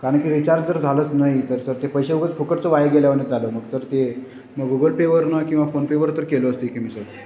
कारणकी रिचार्ज जर झालंच नाही तर सर ते पैसे उगाच फुकटचं वाया गेल्यावानी झालं मग तर ते मग गुगलपेवरून किंवा फोनपेवर तर केलो असतोय की मी सर